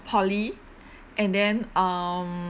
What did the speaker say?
poly and then um